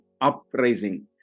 uprising